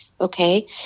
Okay